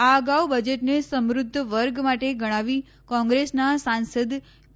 આ અગાઉ બજેટને સમૃદ્ધ વર્ગ માટે ગણાવી કોંગ્રેસના સાંસદ પી